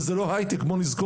וזה לא הייטק, בואו נזכור.